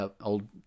Old